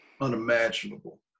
Unimaginable